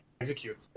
execute